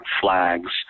flags